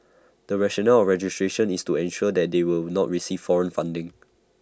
the rationale for registration is to ensure that they will not receive foreign funding